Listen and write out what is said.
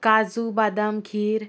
काजू बादाम खीर